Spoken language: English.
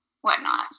whatnot